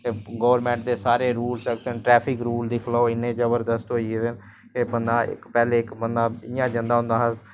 ते गोरमैंट दे सारे रूल सख्त न ट्रैफिक रूल दिक्खी लैओ इन्ने जबरदस्त होई गेदे न ते पैह्लें इक्क बंदा इयां जंदा होंदा हा ते